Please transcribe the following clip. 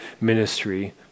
ministry